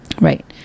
Right